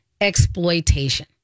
exploitation